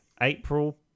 april